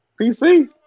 PC